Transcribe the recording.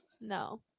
No